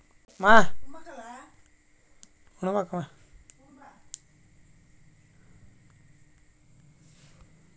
ನಾನು ಒಂದು ವೇಳೆ ಸಾಲ ವಾಪಾಸ್ಸು ಮಾಡಲಿಲ್ಲಂದ್ರೆ ಬ್ಯಾಂಕನೋರು ದಂಡ ಹಾಕತ್ತಾರೇನ್ರಿ?